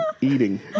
eating